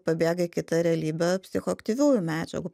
pabėga į kitą realybę psichoaktyviųjų medžiagų